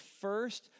first